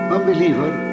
Unbeliever